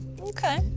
Okay